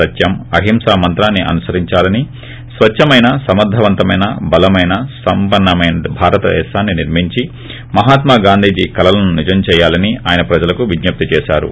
సత్యం అహింసా మంత్రాన్ని అనుసరించాలని స్వచ్చమెన సమర్గవంతమెన బలమెన సంపన్సమెన భారతదేశాన్ని నిర్మించి మహాత్మా గాంధీజీ కలలను నిజం చేయాలని ఆయస ప్రజలకు విజ్ఞప్తి చేశారు